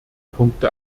punkte